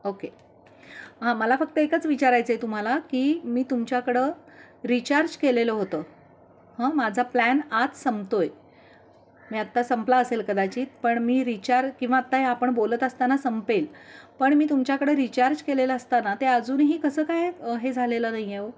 okay मला फक्त एकच विचारायचं आहे तुम्हाला की मी तुमच्याकडं रिचार्ज केलेलं होतं हं माझा प्लॅन आज संपतो आहे म्हणजे आत्ता संपला असेल कदाचित पण मी रिचार् किंवा आत्ता हे आपण बोलत असताना संपेल पण मी तुमच्याकडं रिचार्ज केलेलं असताना ते अजूनही कसं काय हे झालेलं नाही आहे अहो